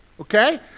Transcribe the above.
okay